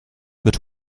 wird